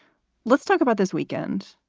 let's talk about this weekend,